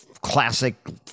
classic